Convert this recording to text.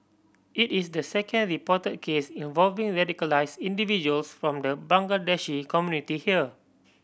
it is the second reported case involving radicalised individuals from the Bangladeshi community here